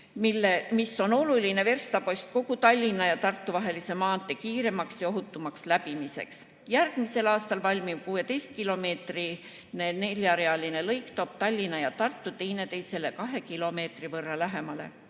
mis on oluline verstapost kogu Tallinna ja Tartu vahelise maantee kiiremaks ja ohutumaks läbimiseks. See järgmisel aastal valmiv 16‑kilomeetrine neljarealine lõik toob Tallinna ja Tartu teineteisele kahe kilomeetri võrra lähemale.